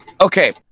okay